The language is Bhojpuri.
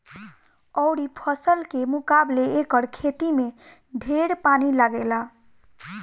अउरी फसल के मुकाबले एकर खेती में ढेर पानी लागेला